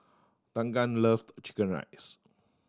Tegan loved chicken rice